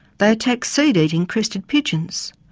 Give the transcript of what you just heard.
they attack seed-eating crested pigeons.